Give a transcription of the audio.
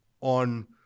on